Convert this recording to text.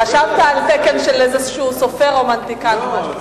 חשבת על תקן של איזה סופר רומנטיקן או משהו?